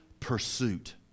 pursuit